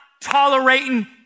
tolerating